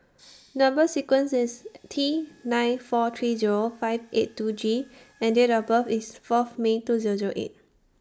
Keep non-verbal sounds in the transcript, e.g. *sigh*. *noise* Number sequence IS T nine four three Zero five eight two G and Date of birth IS Fourth May two Zero Zero eight